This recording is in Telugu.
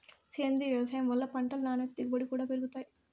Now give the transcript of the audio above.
సేంద్రీయ వ్యవసాయం వల్ల పంటలు నాణ్యత దిగుబడి కూడా పెరుగుతాయి